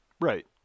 Right